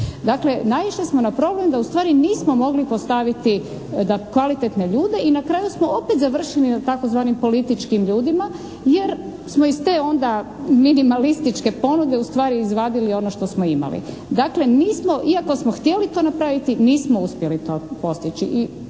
Dakle, naišli smo na problem da ustvari nismo mogli postaviti kvalitetne ljude i na kraju smo opet završili na tzv. političkim ljudima jer smo iz te onda minimalističke ponude ustvari izvadili ono što smo imali. Dakle, nismo, iako smo htjeli to napraviti, nismo uspjeli to postići.